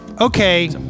Okay